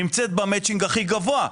נמצאת במצ'ינג הכי גבוה.